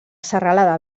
serralada